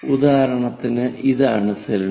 ഉദാഹരണത്തിന് ഇതാണ് സിലിണ്ടർ